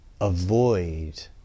avoid